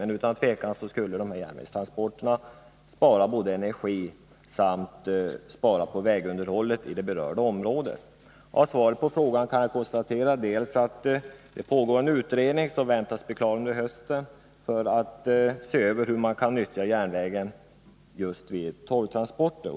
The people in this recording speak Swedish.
men utan tvivel skulle järnvägstransporter spara energi och även spara utgifter för vägunderhåll i det berörda området. Av svaret på min fråga kan jag konstatera att det pågår en utredning, som väntas bli klar under hösten, om hur man kan utnyttja järnvägen just vid torvtransporter.